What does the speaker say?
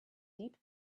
deep